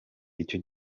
icyo